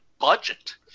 budget